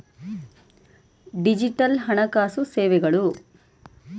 digital ಹಣಕಾಸು ಸೇವೆಗಳು